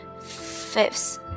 Fifth